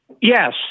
Yes